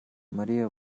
мария